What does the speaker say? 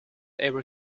ever